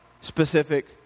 specific